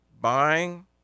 buying